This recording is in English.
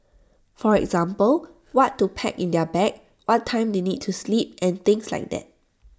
for example what to pack in their bag what time they need to sleep and things like that